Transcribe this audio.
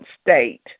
state